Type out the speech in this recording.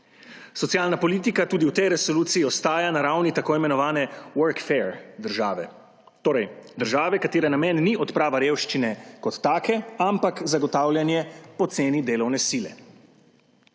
Socialna politika tudi v tej resoluciji ostaja na ravni tako imenovane work fair države, torej države, katere namen ni odprava revščine kot take, ampak zagotavljanje poceni delovne sile.